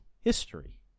history